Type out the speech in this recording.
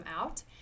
out